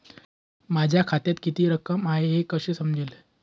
माझ्या खात्यात किती रक्कम आहे हे कसे समजेल?